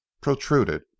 protruded